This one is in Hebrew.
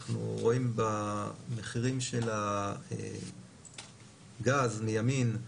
אנחנו רואים במחירים של הגז, מימין.